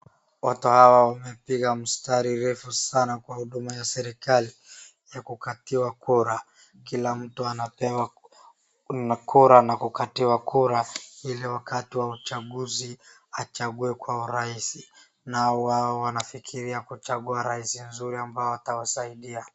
Watu hawa wamepiga mstari refu sana kwa huduma ya serikali ya kukatiwa kura. Kila mtu anapewa kura na kukatiwa kura ili wakati wa uchaguzi achague kwa urahisi. Nao wao wanafikiria kuchagua rais nzuri ambao atawasaidia.